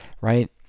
right